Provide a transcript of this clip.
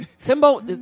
Timbo